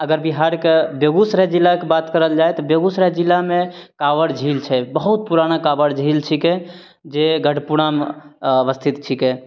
अगर बिहारके बेगूसराय जिलाके बात करल जाइ तऽ बेगूसराय जिलामे काँवर झील छै बहुत पुराना काँवर झील छीकै जे गढ़पुरामे अवस्थित छीकै